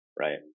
right